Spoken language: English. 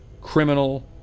criminal